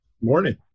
morning